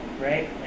right